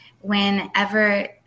whenever